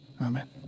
amen